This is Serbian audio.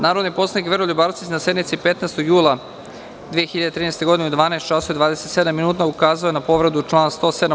Narodni poslanik Veroljub Arsić na sednici 15. jula 2013. godine, u 12 časova i 27 minuta, ukazao je na povredu člana 107.